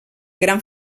gran